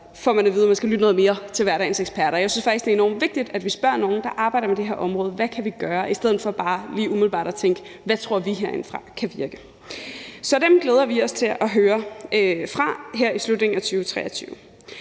får man at vide, at man skal lytte noget mere til hverdagens eksperter. Jeg synes faktisk, at det er enormt vigtigt, at vi spørger nogle, der arbejder på det område, om, hvad vi kan gøre, i stedet for bare lige umiddelbart at tænke: Hvad tror vi herindefra kan virke? Så dem glæder vi os til at høre fra her i slutningen af 2023.